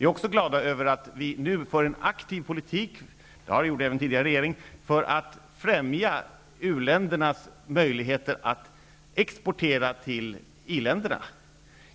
Vi är också glada över att vi nu för en aktiv politik -- det gjorde även den tidigare regeringen -- för att främja u-ländernas möjligheter att exportera till iländerna.